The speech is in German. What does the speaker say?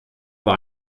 war